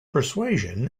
persuasion